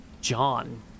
John